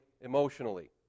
emotionally